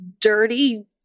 dirty